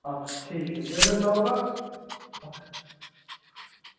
अच्छा ठीक ऐ जेकर लभदा